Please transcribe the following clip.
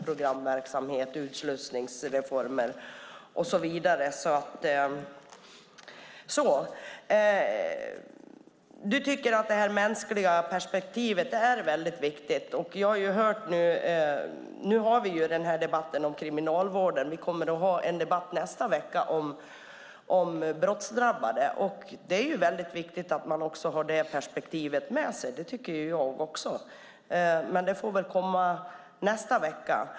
Programverksamhet, utslussningsreformer och så vidare påbörjades då. Caroline Szyber tycker att det mänskliga perspektivet är väldigt viktigt. Nu har vi den här debatten om kriminalvården. Vi kommer att ha en debatt nästa vecka om brottsdrabbade. Det är väldigt viktigt att man också har det perspektivet med sig. Det tycker jag också. Men det får väl komma nästa vecka.